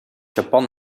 japan